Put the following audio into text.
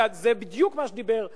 זה בדיוק מה שדיבר ז'בוטינסקי,